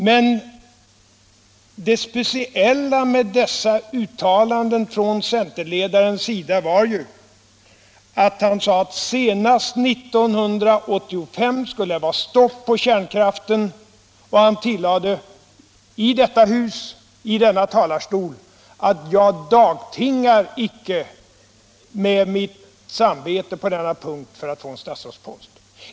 Men det speciella med uttalandena från centerledarens sida var ju att han sade att senast 1985 skulle det vara stopp på kärnkraften. Och han tillade i detta hus, i denna talarstol, att ”jag dagtingar inte med mitt samvete på denna punkt för att få en statsrådspost”.